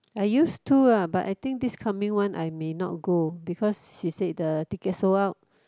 I used to ah but I think this coming one I may not go because she say the ticket sold out